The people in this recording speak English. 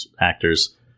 actors